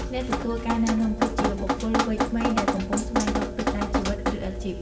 អ្នកទទួលការណែនាំ គឺជាបុគ្គលវ័យក្មេងដែលកំពុងស្វែងរកទិសដៅជីវិត ឬអាជីព។